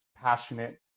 passionate